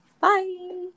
bye